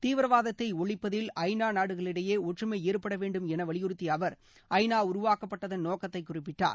தீவிரவாதத்தை ஒழிப்பதில் ஐநா நாடுகளிடையே ஒற்றுமை ஏற்பட வேண்டும் என வலியுறுத்திய அவர் ஐநா உருவாக்கப்பட்டதன் நோக்கத்தை குறிப்பிட்டார்